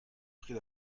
prit